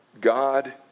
God